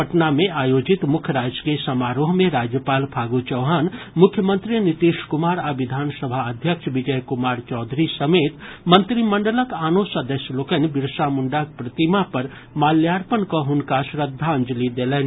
पटना मे आयोजित मुख्य राजकीय समारोह मे राज्यपाल फागू चौहान मुख्यमंत्री नीतीश कुमार आ विधानसभा अध्यक्ष विजय कुमार चौधरी समेत मंत्रिमंडलक आनो सदस्य लोकनि बिरसा मुंडाक प्रतिमा पर माल्यार्पण कऽ हुनका श्रद्वांजलि देलनि